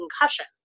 concussion